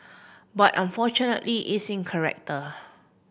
but unfortunately it's in character